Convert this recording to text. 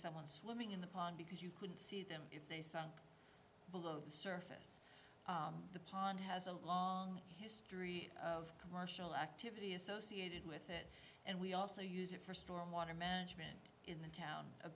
ring in the pond because you couldn't see them if they sunk below the surface of the pond has a long history of commercial activity associated with it and we also use it for storm water management in the town